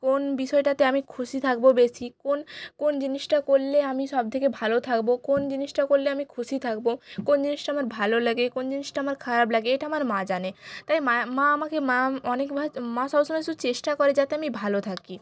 কোন বিষয়টাতে আমি খুশি থাকব বেশি কোন কোন জিনিসটা করলে আমি সবথেকে ভালো থাকব কোন জিনিসটা করলে আমি খুশি থাকব কোন জিনিসটা আমার ভালো লাগে কোন জিনিসটা আমার খারাপ লাগে এটা আমার মা জানে তাই মা মা আমাকে মা অনেকবার মা সবসময় শুধু চেষ্টা করে যাতে আমি ভালো থাকি